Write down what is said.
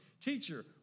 teacher